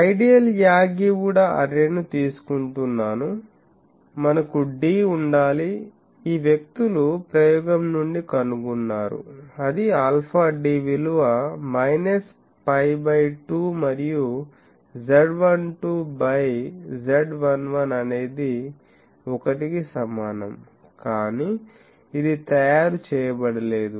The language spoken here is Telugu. ఐడియల్ యాగీ ఉడా అర్రే ను తీసుకుంటున్నాను మనకు d ఉండాలి ఈ వ్యక్తులు ప్రయోగం నుండి కనుగొన్నారు అది ఆల్ఫా d విలువ మైనస్ π బై 2 మరియు Z12 బై Z11 అనేది1 కి సమానం కానీ ఇది తయారు చేయబడలేదు